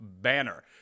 banner